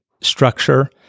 structure